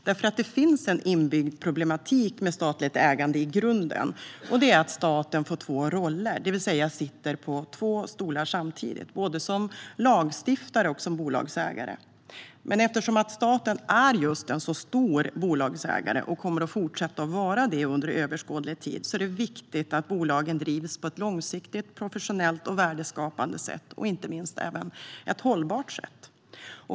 Det finns nämligen i grunden en inbyggd problematik i statligt ägande, och det är att staten får två roller, det vill säga sitter på två stolar samtidigt: både som lagstiftare och som bolagsägare. Men eftersom staten är en så stor bolagsägare och kommer att fortsätta att vara det under överskådlig tid är det viktigt att bolagen drivs på ett långsiktigt professionellt, värdeskapande och inte minst hållbart sätt.